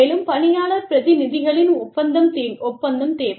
மேலும் பணியாளர் பிரதிநிதிகளின் ஒப்பந்தம் தேவை